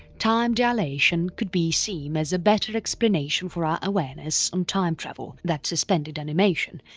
time dilation could be seem as a better explanation for our awareness on time travel that suspended animation,